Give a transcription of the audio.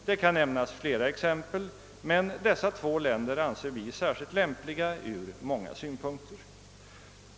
Det kan nämnas fiera exempel, men dessa två länder anser vi särskilt lämpliga ur många synpunkter.